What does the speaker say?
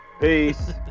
Peace